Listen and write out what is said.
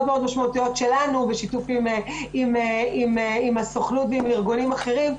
משמעותיות שלנו בשיתוף עם הסוכנות ועם ארגונים אחרים,